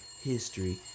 history